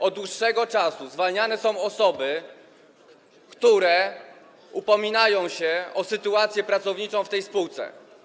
Od dłuższego czasu zwalniane są osoby, które upominają się o sytuację pracowniczą w tej spółce.